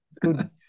good